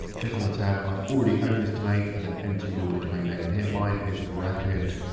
click on the tab i already own this domain and then enter your domain name in here. mine is rapidweightloss,